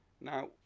Now